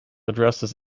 addresses